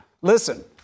Listen